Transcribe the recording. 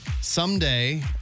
someday